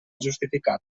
justificada